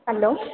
hello